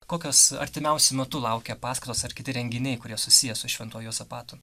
kokios artimiausiu metu laukia paskaitos ar kiti renginiai kurie susiję su šventuoju juozapatu